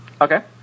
Okay